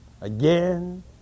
again